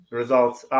results